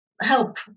help